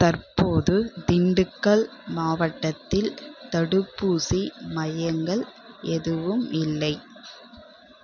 தற்போது திண்டுக்கல் மாவட்டத்தில் தடுப்பூசி மையங்கள் எதுவும் இல்லை